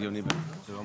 הגיוני ביותר.